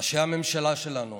ראשי הממשלה שלנו